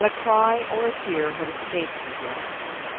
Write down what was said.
not a cry or a tear had escaped her yet.